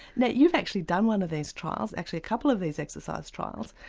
now you've actually done one of these trials, actually a couple of these exercise trials,